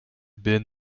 been